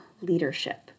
leadership